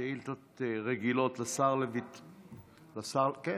שאילתות רגילות לשר לביטחון פנים.